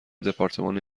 دپارتمان